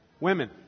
Women